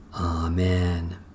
Amen